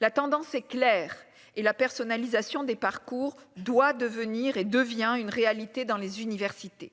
la tendance est claire et la personnalisation des parcours doit devenir et devient une réalité dans les universités,